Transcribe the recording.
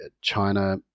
China